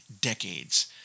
decades